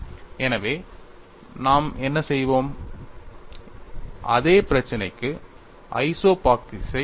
எனவே நாம் என்ன செய்வோம் அதே பிரச்சினைக்கு ஐசோபாக்கிக்ஸை எடுத்துக் கொள்வோம்